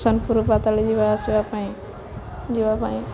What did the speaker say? ସୋନପୁୁର ପାତାଳି ଯିବା ଆସିବା ପାଇଁ ଯିବା ପାଇଁ